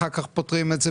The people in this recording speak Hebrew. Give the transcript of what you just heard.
אחר כך פותרים את זה